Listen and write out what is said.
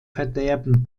verderben